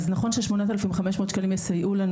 אז נכון ש-8,500 שקלים יסיעו לנו,